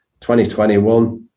2021